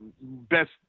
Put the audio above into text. best